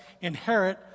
inherit